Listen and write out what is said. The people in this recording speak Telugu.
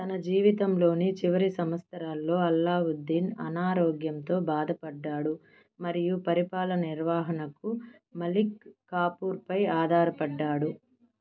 తన జీవితంలోని చివరి సంవత్సరాల్లో అల్లావుద్దీన్ అనారోగ్యంతో బాధపడ్డాడు మరియు పరిపాలన నిర్వహణకు మలిక్ కాఫుర్పై ఆధారపడ్డాడు